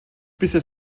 bisher